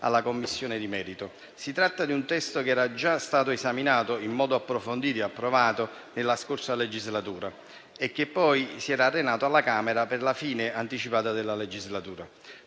alla Commissione di merito. Si tratta di un testo che era già stato esaminato in modo approfondito e approvato nella scorsa legislatura, arenatosi poi alla Camera per la fine anticipata della legislatura.